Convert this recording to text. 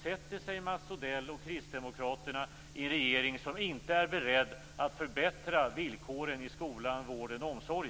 Sätter sig Mats Odell och kristdemokraterna i en regering som inte är beredd att förbättra villkoren i skola, vård och omsorg?